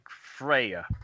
freya